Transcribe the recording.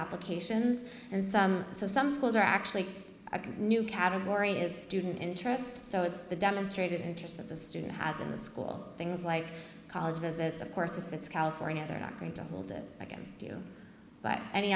applications and so some schools are actually a new category is student interest so it's the demonstrated interest that the student has in the school things like college visits of course if it's california they're not going to hold it against you but any